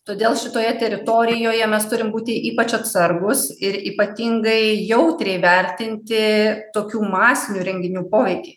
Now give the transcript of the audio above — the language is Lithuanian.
todėl šitoje teritorijoje mes turim būti ypač atsargūs ir ypatingai jautriai vertinti tokių masinių renginių poveikį